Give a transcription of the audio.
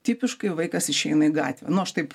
tipiškai vaikas išeina į gatvę nu aš taip